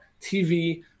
TV